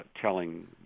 telling